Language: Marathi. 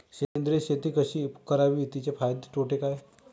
सेंद्रिय शेती कशी करावी? तिचे फायदे तोटे काय?